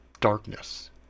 darkness